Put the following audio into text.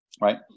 right